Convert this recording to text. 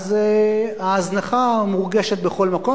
ההזנחה מורגשת בכל מקום.